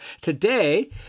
today